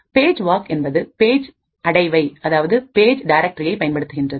page walk என்பது page அடைவை பயன்படுத்துகின்றது